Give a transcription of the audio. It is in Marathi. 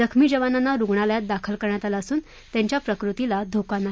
जखमी जवानांना रुग्णालयात दाखल करण्यात आलं असून त्यांच्या प्रकृतीला धोका नाही